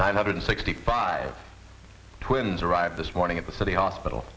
nine hundred sixty five twin arrived this morning at the city hospital